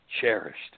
cherished